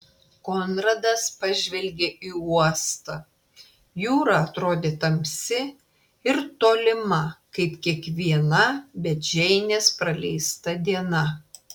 konradas pažvelgė į uostą jūra atrodė tamsi ir tolima kaip kiekviena be džeinės praleista diena